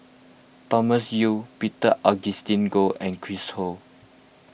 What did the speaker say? Thomas Yeo Peter Augustine Goh and Chris Ho